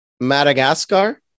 Madagascar